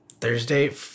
Thursday